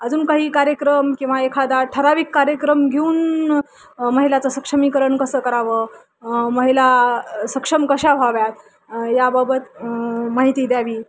अजून काही कार्यक्रम किंवा एखादा ठराविक कार्यक्रम घेऊन महिलाचं सक्षमीकरण कसं करावं महिला सक्षम कशा व्हाव्यात याबाबत माहिती द्यावी